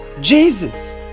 Jesus